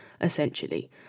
essentially